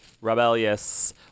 rebellious